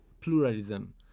pluralism